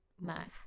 Math